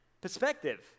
Perspective